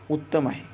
उत्तम आहे